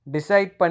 Decide